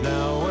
Now